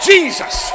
Jesus